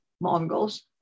Mongols